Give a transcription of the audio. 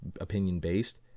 opinion-based